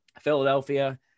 Philadelphia